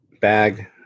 Bag